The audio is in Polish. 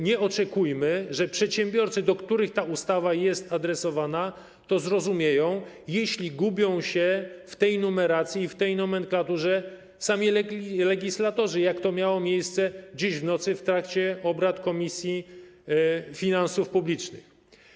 Nie oczekujmy, że przedsiębiorcy, do których ta ustawa jest adresowana, to zrozumieją, jeśli gubią się w tej numeracji i w tej nomenklaturze sami legislatorzy, jak to miało miejsce dziś w nocy w trakcie obrad Komisji Finansów Publicznych.